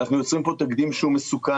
אנחנו יוצרים פה תקדים שהוא מסוכן.